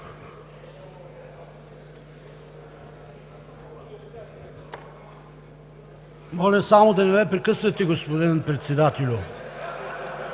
Моля само да не ме прекъсвате, господин Председателю.